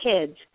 kids